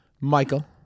Michael